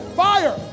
fire